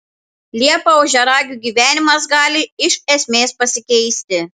liepą ožiaragių gyvenimas gali iš esmės pasikeisti